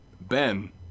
Ben